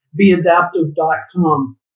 beadaptive.com